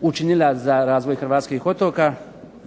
učinila za razvoj Hrvatskih otoka.